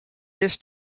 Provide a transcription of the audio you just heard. this